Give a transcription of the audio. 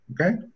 okay